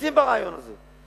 חפצים ברעיון הזה.